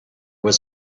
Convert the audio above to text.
was